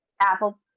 apple